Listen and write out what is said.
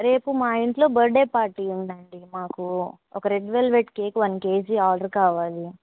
రేపు మా ఇంట్లో బర్త్డే పార్టీ ఉందండి మాకు ఒక red velvet cake one kg order కావాలి